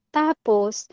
tapos